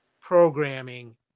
programming